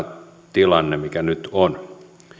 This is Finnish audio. tilanne mikä nyt on